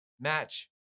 match